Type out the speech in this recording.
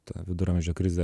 ta viduramžio krizė